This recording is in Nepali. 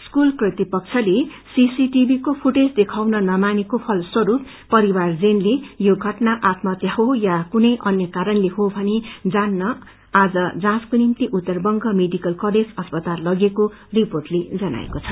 स्कूल कृत पक्षले सीसीटिभी को फूटेज देखाउन नमानेको फलस्वरूप परिवार जनते यो षटना आत्महत्या हो वा कुनै अन्य कारणले हो यो जान्न आज जाँचको निभ्ति उत्तरबंग मेडिकल कलेज अस्पताल लगिएको रिर्पोटले जनाएको छ